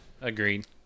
Agreed